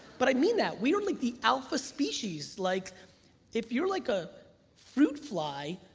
but i mean that. we're only the alpha species. like if you're like a fruit fly,